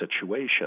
situation